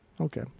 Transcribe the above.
okay